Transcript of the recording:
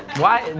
why?